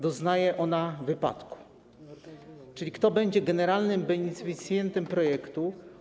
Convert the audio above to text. Doznaje ona wypadku: Czyli kto będzie generalnym beneficjentem projektu?